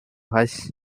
hashya